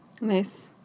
Nice